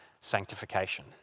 sanctification